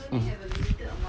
mm